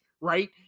right